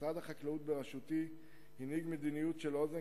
משרד החקלאות בראשותי הנהיג מדיניות של אוזן